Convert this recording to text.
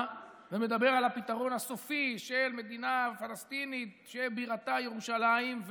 ומדבר על הפתרון הסופי של מדינה פלסטינית שבירתה ירושלים,